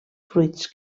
fruits